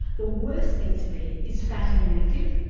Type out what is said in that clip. the worst thing to be is fat and inactive,